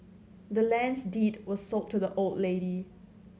the land's deed was sold to the old lady